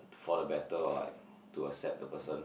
for the better or like to accept the person